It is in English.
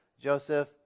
Joseph